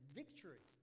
victory